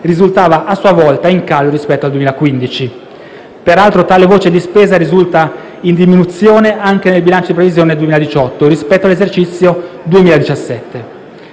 risultava a sua volta in calo rispetto al 2015. Peraltro, tale voce di spesa risulta in diminuzione anche nel bilancio di previsione 2018 rispetto all'esercizio 2017.